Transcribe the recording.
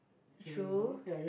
true